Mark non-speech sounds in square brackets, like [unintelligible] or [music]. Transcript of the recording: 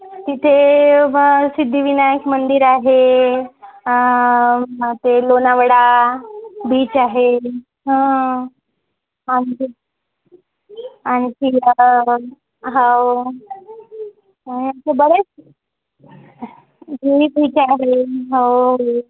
तिथे बा सिद्धिविनायक मंदिर आहे ते लोणावळा बीच आहे हं आणखी आणखी हाव असे बरेच [unintelligible]